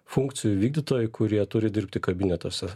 funkcijų vykdytojai kurie turi dirbti kabinetuose